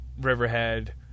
Riverhead